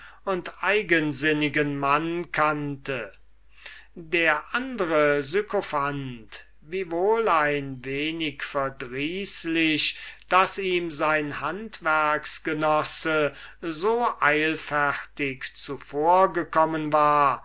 und eigensinnigen mann kannte der andre sykophant wiewohl ein wenig verdrießlich daß ihm sein handwerksgenosse so eilfertig zuvorgekommen war